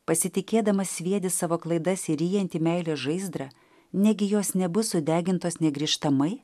pasitikėdamas sviedi savo klaidas į ryjantį meilės žaizdrą negi jos nebus sudegintos negrįžtamai